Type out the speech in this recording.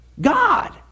God